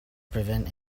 prevent